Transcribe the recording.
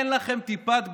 אין לכם טיפת בושה?